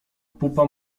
pupa